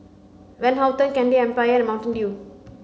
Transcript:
Van Houten Candy Empire and Mountain Dew